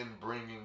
bringing